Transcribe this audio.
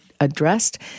addressed